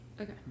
Okay